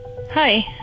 hi